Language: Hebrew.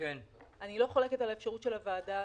אני בוודאי לא חולקת על הסמכות של הוועדה